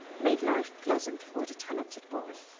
made life pleasant for the talented boy.